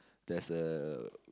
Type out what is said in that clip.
there's a